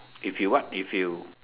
if you what if you